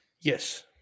Yes